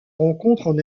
rencontrent